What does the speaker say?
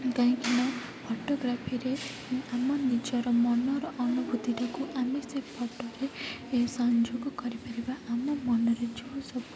ଦେଇଥିଲେ ଫଟୋଗ୍ରାଫିରେ ଆମ ନିଜର ମନର ଅନୁଭୂତିଟିକୁ ଆମେ ସେ ଫଟୋରେ ସଂଯୋଗ କରିପାରିବା ଆମ ମନରେ ଯେଉଁ ସବୁ